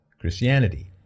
Christianity